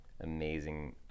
amazing